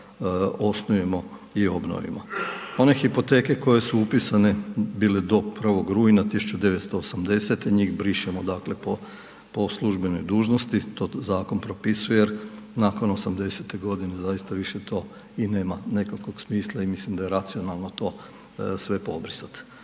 osnujemo i obnovimo. One hipoteke koje su upisane bile do 1. rujna 1980. njih brišemo, dakle po, po službenoj dužnosti to zakon propisuje jer nakon '80. godine zaista više to i nema nekakvog smisla i mislim da je racionalno to sve pobrisati.